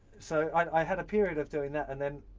so, i had a period of doing that. and then,